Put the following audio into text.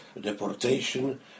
deportation